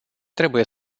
trebuie